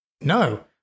No